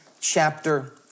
chapter